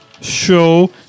show